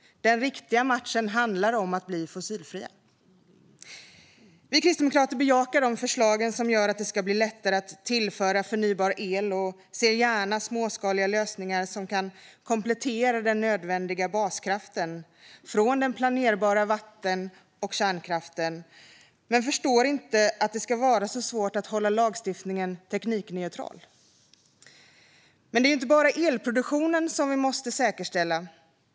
Den riktiga matchen handlar om att bli fossilfria. Vi kristdemokrater bejakar de förslag som gör att det ska bli lättare att tillföra förnybar el och ser gärna småskaliga lösningar som kan komplettera den nödvändiga baskraften från den planerbara vatten och kärnkraften. Men vi förstår inte att det ska vara så svårt att hålla lagstiftningen teknikneutral. Men det är ju inte bara elproduktionen som vi måste säkerställa.